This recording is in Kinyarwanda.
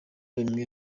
bimwe